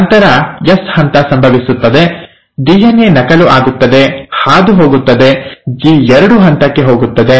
ನಂತರ ಎಸ್ ಹಂತ ಸಂಭವಿಸುತ್ತದೆ ಡಿಎನ್ಎ ನಕಲು ಆಗುತ್ತದೆ ಹಾದುಹೋಗುತ್ತದೆ ಜಿ2 ಹಂತಕ್ಕೆ ಹೋಗುತ್ತದೆ